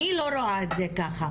אני לא רואה את זה ככה,